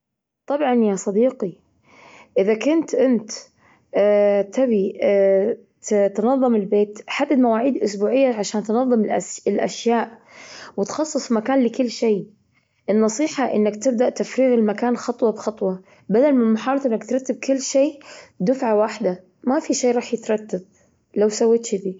طبعا يا صديقي، إذا كنت أنت تبي تنظم البيت، حدد مواعيد إسبوعية عشان تنظم الأسا- الأشياء وتخصص مكان لكل شيء. النصيحة أنك تبدأ تفريغ المكان خطوة بخطوة بدل من محاولة أنك ترتب كل شيء دفعة واحدة. ما في شيء راح يترتب لو سويت جذي.